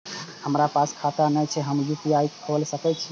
हमरा पास खाता ने छे ते हम यू.पी.आई खोल सके छिए?